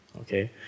Okay